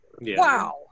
Wow